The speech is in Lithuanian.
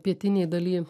pietinėj daly